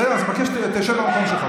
בסדר, אז אני מבקש שתשב במקום שלך.